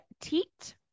teat